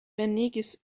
venigis